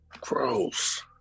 gross